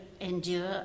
endure